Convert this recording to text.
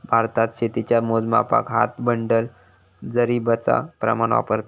भारतात शेतीच्या मोजमापाक हात, बंडल, जरीबचा प्रमाण वापरतत